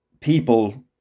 people